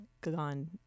gone